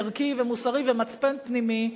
ערכי ומוסרי ומצפן פנימי,